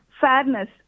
Fairness